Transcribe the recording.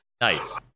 Nice